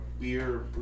beer